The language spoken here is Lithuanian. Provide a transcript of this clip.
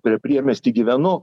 prie priemiesty gyvenu